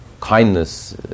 kindness